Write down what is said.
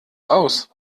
aus